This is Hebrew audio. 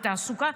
בתעסוקה,